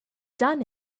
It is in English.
done